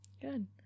good